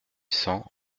cents